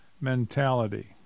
mentality